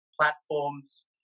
platforms